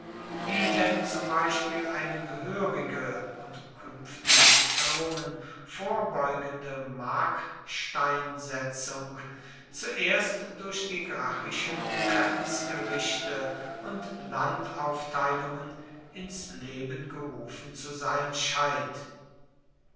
wie denn zum beispiel eine gehörige und künftigen irrungen vorbeugende marksteinsetzung zuerst durch die gracchischen grenzgerichte und landaufteilungen ins leben gerufen zu sein scheint